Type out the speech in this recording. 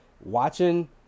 watching